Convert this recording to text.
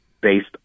based